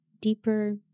deeper